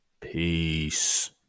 Peace